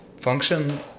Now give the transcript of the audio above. function